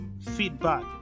feedback